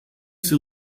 she